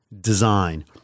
design